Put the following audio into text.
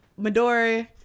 Midori